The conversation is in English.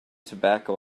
tobacco